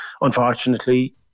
unfortunately